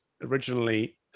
originally